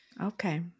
Okay